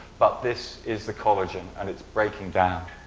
but this is the collagen and it's breaking down.